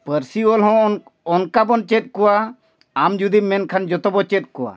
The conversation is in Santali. ᱯᱟᱹᱨᱥᱤ ᱚᱞ ᱦᱚᱸ ᱚᱱᱠᱟ ᱵᱚᱱ ᱪᱮᱫ ᱠᱚᱣᱟ ᱟᱢ ᱡᱩᱫᱤᱢ ᱢᱮᱱᱠᱷᱟᱱ ᱡᱚᱛᱚ ᱵᱚᱱ ᱪᱮᱫ ᱠᱚᱣᱟ